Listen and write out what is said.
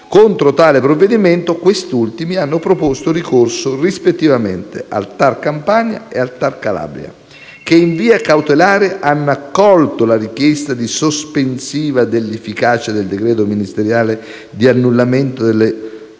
Contro tale provvedimento questi ultimi hanno proposto ricorso rispettivamente al TAR Campania e al TAR Calabria, che, in via cautelare, hanno accolto la richiesta di sospensiva dell'efficacia del decreto ministeriale di annullamento della nomina